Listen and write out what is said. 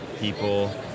people